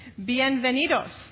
bienvenidos